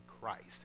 Christ